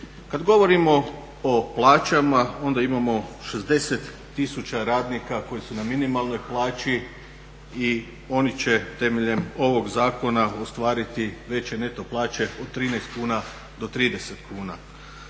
Kad govorimo o plaćama onda imamo 60 000 radnika koji su na minimalnoj plaći i oni će temeljem ovog zakona ostvariti veće neto plaće, od 13 kuna do 30 kuna.